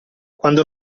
quando